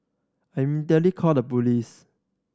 I immediately called the police